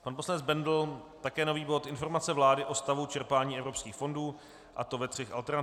Pan poslanec Bendl také nový bod Informace vlády o stavu čerpání evropských fondů, a to ve třech alternativách.